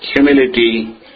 humility